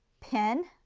pin,